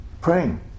praying